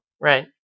Right